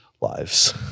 lives